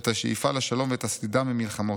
את השאיפה לשלום ואת הסלידה ממלחמות.